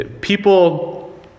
people